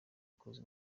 close